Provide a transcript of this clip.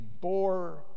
bore